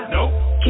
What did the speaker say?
Nope